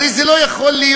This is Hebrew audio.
הרי זה לא יכול להיות.